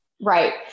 Right